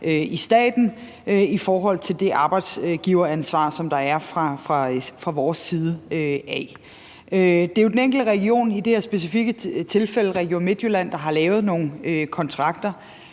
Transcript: i staten i forhold til det arbejdsgiveransvar, som er bestemt fra vores side. Det er jo den enkelte region og i det her specifikke tilfælde Region Midtjylland, der har lavet nogle kontrakter.